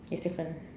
it's different